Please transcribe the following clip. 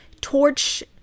torch